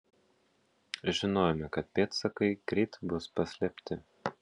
žinojome kad pėdsakai greit bus paslėpti